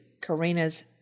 Karina's